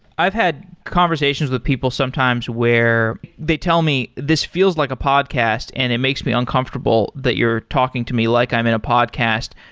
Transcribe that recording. i've had conversations with people sometimes where they tell me this feels like a podcast and it makes me uncomfortable that you're talking to me like i'm in a podcast.